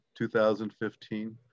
2015